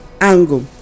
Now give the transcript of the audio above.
angle